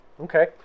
Okay